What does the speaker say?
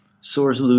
source